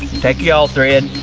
take your all-thread,